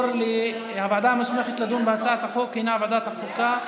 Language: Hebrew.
הוועדה המוסמכת לדון בהצעת החוק היא ועדת החוקה,